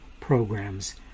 programs